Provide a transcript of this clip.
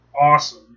awesome